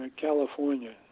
California